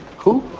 who?